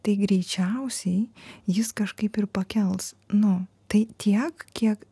tai greičiausiai jis kažkaip ir pakels nu tai tiek kiek